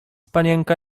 panienka